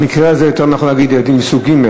במקרה הזה יותר נכון להגיד ילדים מסוג ג'.